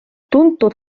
tuntud